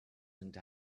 into